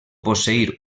posseir